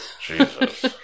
Jesus